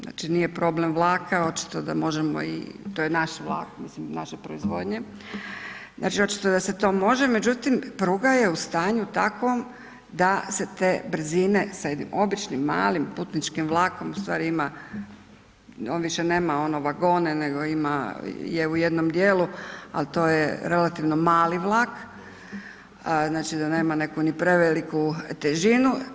Znači nije problem vlaka, to je naš vlak, naše proizvodnje, znači očito da se to može, međutim pruga je u stanju takvom da se te brzine sa jednim običnim malim putničkim vlakom ustvari on više nema ono vagone nego je u jednom dijelu, ali to je relativno mali vlak znači da nema neku ni preveliku težinu.